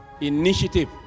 initiative